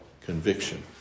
Conviction